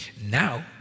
Now